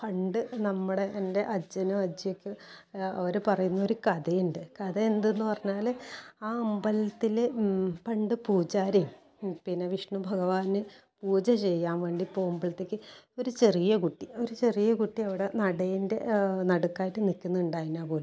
പണ്ട് നമ്മുടെ എൻ്റെ അജ്ജനും അജ്ജിയൊക്കെ അവർ പറയുന്നൊരു കഥയുണ്ട് കഥ എന്ത് എന്ന് പറഞ്ഞാൽ ആ അമ്പലത്തിൽ പണ്ട് പൂജാരി പിന്നെ വിഷ്ണു ഭഗവാനെ പൂജ ചെയ്യാൻ വേണ്ടി പോകുമ്പോഴത്തേക്കും ഒരു ചെറിയ കുട്ടി ഒരു ചെറിയ കുട്ടി അവിടെ നടയിൻ്റെ നടുക്കായിട്ട് നിൽക്കുന്നുണ്ടായിന് പോലും